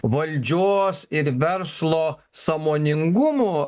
valdžios ir verslo sąmoningumu